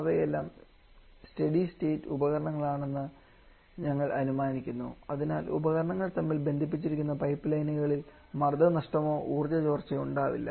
അവയെല്ലാം steady state ഉപകരണങ്ങളാണെന്ന് ഞങ്ങൾ അനുമാനിക്കുന്നുഅതിനാൽ ഉപകരണങ്ങൾ തമ്മിൽ ബന്ധിപ്പിച്ചിരിക്കുന്ന പൈപ്പ് ലൈനുകളിൽ മർദ നഷ്ടമോ ഊർജ്ജ ചോർച്ചയോ ഉണ്ടാവില്ല